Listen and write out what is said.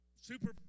Super